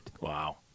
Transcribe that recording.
Wow